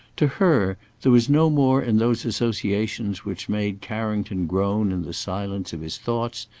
to her, there was no more in those associations which made carrington groan in the silence of his thoughts,